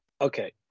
Okay